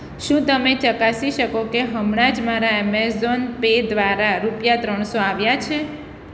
શું તમે ચકાસી શકો કે હમણાં જ મારા એમેઝોન પે દ્વારા રૂપિયા ત્રણસો આવ્યા છે